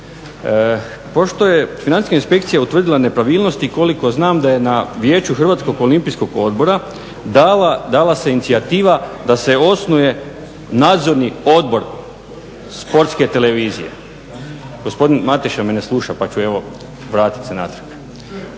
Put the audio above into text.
Pošto je financijska inspekcija utvrdila nepravilnosti koliko znam da je na Vijeću Hrvatskog olimpijskog odbora dala se inicijativa da se osnuje Nadzorni odbor Sportske televizije. Gospodin Mateša me ne sluša, pa ću evo vratit se natrag.